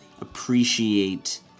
appreciate